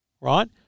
right